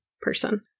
person